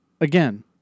again